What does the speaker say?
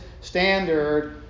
standard